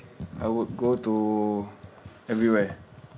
I would go to everywhere